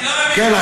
אני לא מבין,